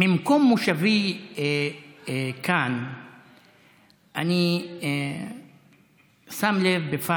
ממקום מושבי כאן אני שם לב,